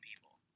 people